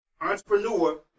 entrepreneur